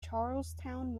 charlestown